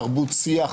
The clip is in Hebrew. תרבות שיח,